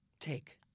Take